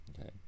Okay